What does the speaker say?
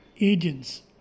agents